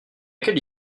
quelle